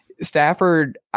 Stafford